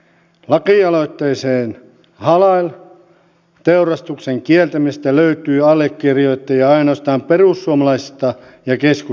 lakialoitteeseen halal teurastuksen kieltämisestä löytyy allekirjoittajia ainoastaan perussuomalaisista ja keskustasta